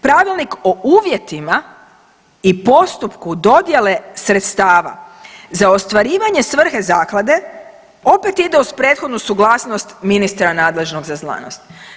Pravilnik o uvjetima i postupku dodjele sredstava za ostvarivanje svrhe zaklade opet ide uz prethodnu suglasnost ministra nadležnog za znanost.